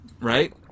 right